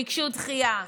ביקשו דחייה.